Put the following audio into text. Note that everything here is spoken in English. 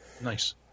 Nice